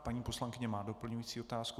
Paní poslankyně má doplňující otázku.